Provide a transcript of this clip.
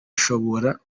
ushobora